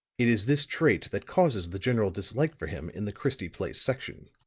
it is this trait that causes the general dislike for him in the christie place section.